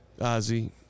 Ozzy